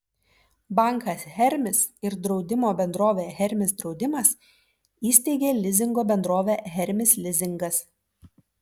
bankas hermis ir draudimo bendrovė hermis draudimas įsteigė lizingo bendrovę hermis lizingas